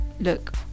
look